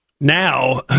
Now